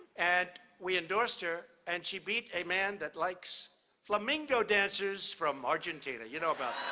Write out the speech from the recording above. and we endorsed her, and she beat a man that likes flamingo dancers from argentina. you know about